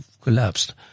collapsed